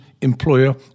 employer